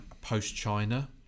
post-China